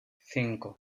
cinco